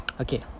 Okay